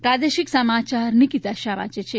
પ્રાદેશિક સમાયાર નિકિતા શાહ વાંચે છે